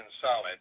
solid